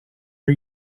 her